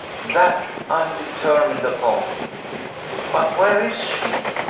that i'm determined upon but where is she?